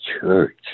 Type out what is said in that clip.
church